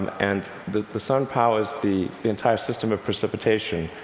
and the the sun powers the the entire system of precipitation.